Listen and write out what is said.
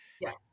Yes